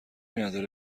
نداره